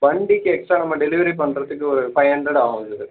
வண்டிக்கு எக்ஸ்ட்ரா நம்ம டெலிவரி பண்ணுறதுக்கு ஒரு ஃபைவ் ஹண்ரட் ஆகும் எங்களுக்கு